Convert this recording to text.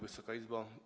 Wysoka Izbo!